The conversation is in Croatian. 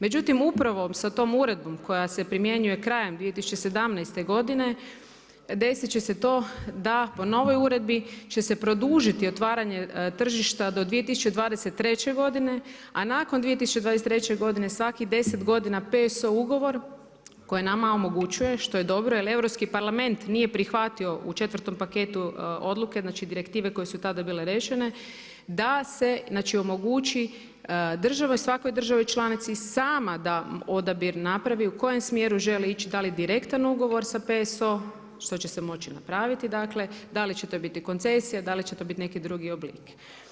Međutim, upravo sa tom uredbom koja se primjenjuje krajem 2017. godine desit će se to da po novoj uredbi će se produžiti otvaranje tržišta do 2023. godine, a nakon 2023. godine svakih deset godina PSO ugovor koji nama omogućuje što je dobro jer Europski parlament nije prihvatio u četvrtom paketu odluke, znači direktive koje su tada bile riješene da se, znači omogući državi, svakoj državi članici sama da odabir napravi u kojem smjeru želi ići, da li direktan ugovor sa PSO što će se moći napraviti dakle da li će to biti koncesija, da li će to biti neki drugi oblik.